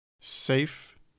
safe